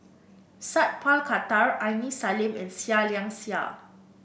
Sat Pal Khattar Aini Salim and Seah Liang Seah